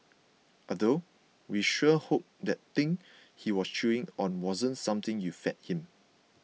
although we sure hope that thing he was chewing on wasn't something you fed him